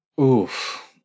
Oof